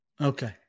Okay